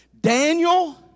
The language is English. Daniel